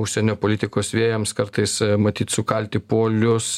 užsienio politikos vėjams kartais matyt sukalti polius